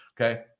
okay